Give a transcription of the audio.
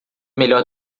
melhor